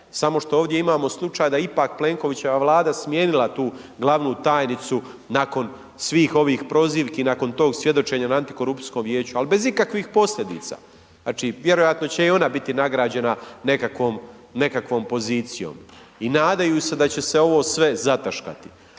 samo što ovdje imamo slučaj, da ipak Plenkovićeva vlada smijenila tu glavnu tajnicu, nakon svih ovih prozivki, nakon tog svjedočenja na antikorupcijskom vijeću, ali bez ikakvih posljedica. Znači vjerojatno će i ona biti nagrađena nekakvom pozicijom i nadaju se da će se ovo sve zataškati.